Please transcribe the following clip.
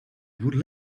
would